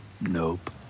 Nope